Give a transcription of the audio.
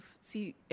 see